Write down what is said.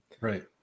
right